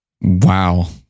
Wow